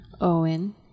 Owen